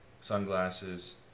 sunglasses